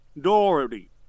Dorothy